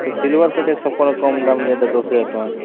ତ silver package ସବକର୍ କମ୍ ଦାମ୍ ଯେଉଁଟା ଦଶ ହଜାର୍ ଟଙ୍କା